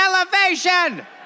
elevation